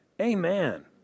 Amen